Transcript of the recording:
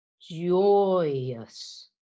Joyous